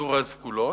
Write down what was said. בכדור-הארץ כולו,